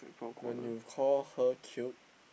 when you call her cute